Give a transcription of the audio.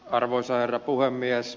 arvoisa herra puhemies